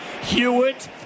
Hewitt